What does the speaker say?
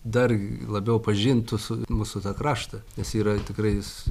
dar labiau pažintų su mūsų tą kraštą nes yra tikrai jis